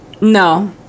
no